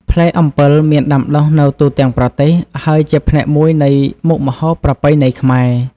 ផ្លែអំពិលមានដាំដុះនៅទូទាំងប្រទេស ហើយជាផ្នែកមួយនៃមុខម្ហូបប្រពៃណីខ្មែរ។